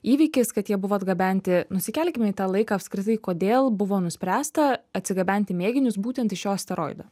įvykis kad jie buvo atgabenti nusikelkime į tą laiką apskritai kodėl buvo nuspręsta atsigabenti mėginius būtent iš šio asteroido